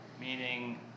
meaning